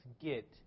get